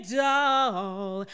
doll